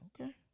Okay